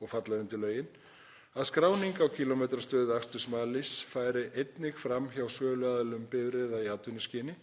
og falla undir lögin, að skráning á kílómetrastöðu akstursmat fari einnig fram hjá söluaðilum bifreiða í atvinnuskyni,